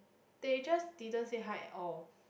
they just didn't say hi at all